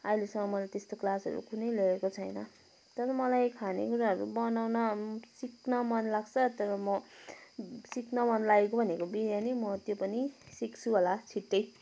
अहिलेसम्म मैले त्यस्तो क्लासहरू कुनै लिएको छैन तर मलाई खाने कुराहरू बनाउन सिक्न मन लाग्छ तर म सिक्न मन लागेको भनेको बिरयानी म त्यो पनि सिक्छु होला छिट्टै